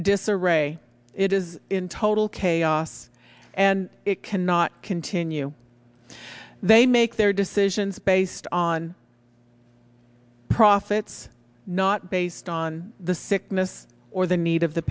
disarray it is in total chaos and it cannot continue they make their decisions based on profits not based on the sickness or the need of the